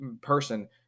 person